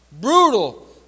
brutal